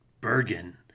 Bergen